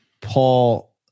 Paul